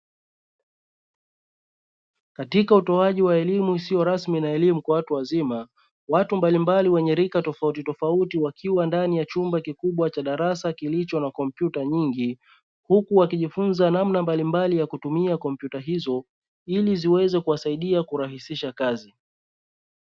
Katika utoaji wa elimu isiyo rasmi na elimu kwa watu wazima watu mbalimbali wenye rika tofautitofauti, wakiwa ndani ya chumba kikubwa cha darasa kilicho na kompyuta nyingi huku wakijifunza namna mbalimbali ya kutumia kompyuta hizo ili ziweze kuwasaidia kurahisisha kazi.